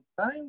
time